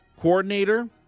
coordinator